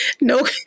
no